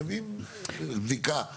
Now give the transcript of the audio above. שווים בדיקה שלכם.